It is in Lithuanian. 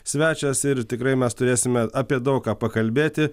svečias ir tikrai mes turėsime apie daug ką pakalbėti